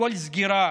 לכל סגירה